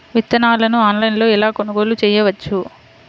విత్తనాలను ఆన్లైనులో ఎలా కొనుగోలు చేయవచ్చు?